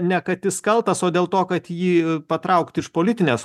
ne kad jis kaltas o dėl to kad jį patraukti iš politinės